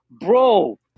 Bro